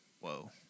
whoa